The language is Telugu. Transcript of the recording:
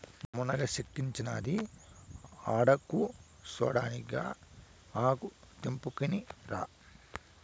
మునగ సెట్టిక్కించినది ఆడకూసోడానికా ఆకు తెంపుకుని రారా